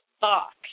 box